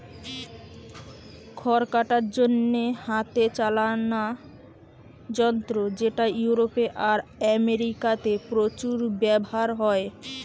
খড় কাটার জন্যে হাতে চালানা যন্ত্র যেটা ইউরোপে আর আমেরিকাতে প্রচুর ব্যাভার হয়